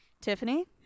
Tiffany